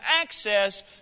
access